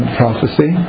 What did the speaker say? prophecy